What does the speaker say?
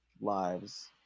lives